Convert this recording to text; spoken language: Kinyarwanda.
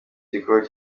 gikorwa